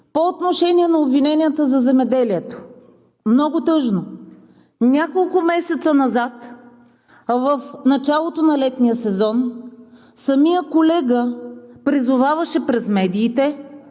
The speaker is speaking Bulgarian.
По отношение на обвиненията за земеделието. Много тъжно! Няколко месеца назад, в началото на летния сезон самият колега призоваваше през медиите